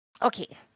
Okay